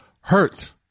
hurt